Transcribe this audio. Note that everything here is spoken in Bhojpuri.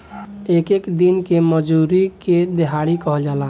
एक एक दिन के मजूरी के देहाड़ी कहल जाला